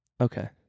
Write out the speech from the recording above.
Okay